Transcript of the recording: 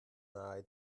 nahe